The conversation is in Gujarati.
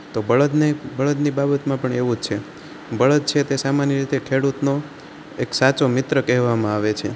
તો બળદને બળદની બાબતમાં પણ એવું જ છે બળદ છે તે સામાન્ય રીતે ખેડૂતનો એક સાચો મિત્ર કહેવામાં આવે છે